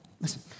listen